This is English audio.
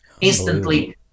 instantly